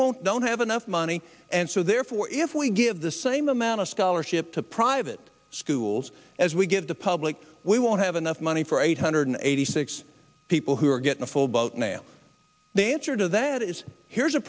won't don't have enough money and so therefore if we give the same amount of scholarship to private schools as we give the public we won't have enough money for eight hundred eighty six people who are getting a full boat nail the answer to that is here's a